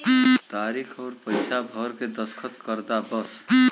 तारीक अउर पइसा भर के दस्खत कर दा बस